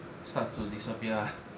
starts to disappear ah